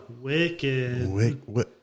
Wicked